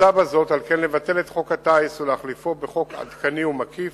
מוצע בזאת לבטל את חוק הטיס ולהחליפו בחוק עדכני ומקיף.